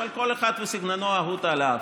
אבל כל אחד וסגנונו האהוד עליו.